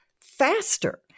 faster